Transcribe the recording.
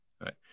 Right